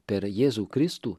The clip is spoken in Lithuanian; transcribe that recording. per jėzų kristų